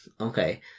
Okay